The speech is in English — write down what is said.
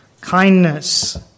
kindness